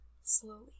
slowly